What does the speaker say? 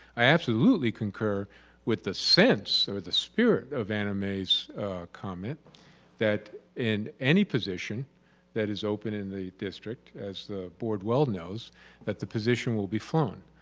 i absolutely conquer with the sense or the spirit of anna mae's comment that in any position that is open in the district as the board well knows that the position will be flown.